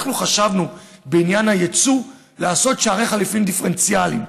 אנחנו חשבנו בעניין היצוא לעשות שערי חליפין דיפרנציאליים.